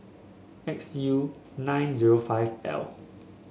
X U nine zero five L